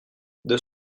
deux